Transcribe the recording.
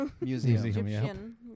museum